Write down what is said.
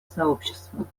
сообщества